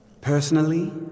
Personally